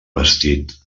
vestit